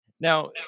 Now